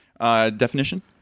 Definition